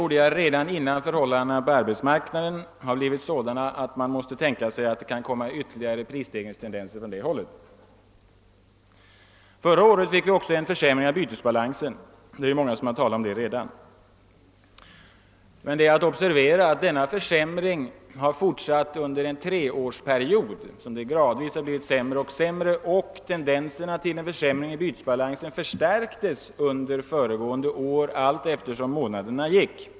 Jag tvivlade redan innan förhållandena på arbetsmarknaden blivit sådana, att man måste tänka sig att det kan komma ytterligare prisstegringstendenser från det hållet. Förra året fick vi också en försämring av bytesbalansen — många har redan talat om detta. Det är dock att observera att denna försämring fortsatt under en treårsperiod. Balansen har gradvis blivit sämre och sämre. Tendenserna till en försämring i bytesbalansen förstärktes under föregående år allteftersom månaderna gick.